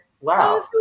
Wow